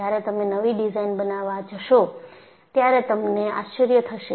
જ્યારે તમે નવી ડિઝાઇન બનાવા જશો ત્યારે તમને આશ્ચર્ય થશે